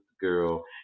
girl